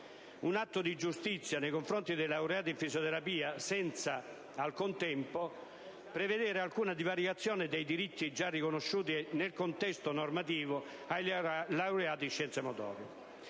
un atto di giustizia nei confronti dei laureati in fisioterapia senza, al contempo, prevedere alcuna prevaricazione dei diritti già riconosciuti nel contesto normativo ai laureati in scienze motorie,